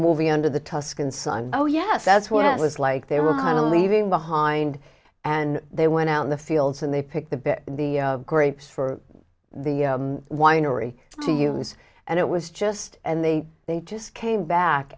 movie under the tuscan sun oh yes that's what it was like they were kind of leaving behind and they went out in the fields and they picked the bit the grapes for the winery to use and it was just and they they just came back